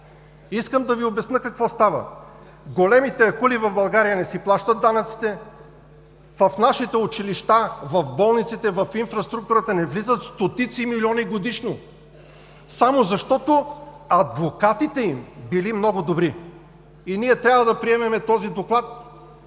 Искам да Ви обясня какво става: големите акули в България не си плащат данъците. В нашите училища, в болниците, в инфраструктурата не влизат стотици милиони годишно, само защото адвокатите им били много добри и ние трябва да приемем този доклад.